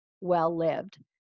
well-lived